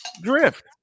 drift